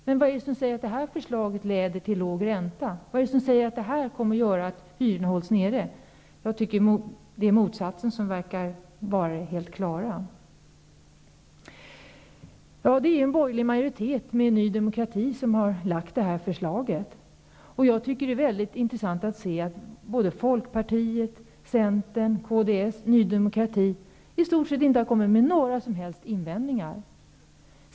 Men vad är det som säger att det här förslaget leder till låg ränta? Vad är det som säger att hyrorna kommer att hållas nere? Snarare förefaller det som att förslaget leder till motsatsen. Det är en borgerligt majoritet som tillsammans med Ny demokrati har lagt fram detta förslag. Det är väldigt intressant att se att varken Folkpartiet, Centern, Kds eller Ny demokrati i stort sett har gjort några som helst invändningar.